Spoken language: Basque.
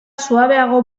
suabeago